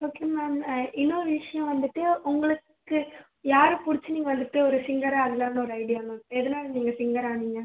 okay ma'am இன்னொரு விஷியம் வந்துட்டு உங்களுக்கு யாரை பிடிச்சி நீங்கள் வந்துட்டு ஒரு சிங்கர் ஆகலாம்னு ஒரு ஐடியா மேம் எதனால் நீங்கள் சிங்கர் ஆனிங்கள்